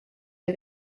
des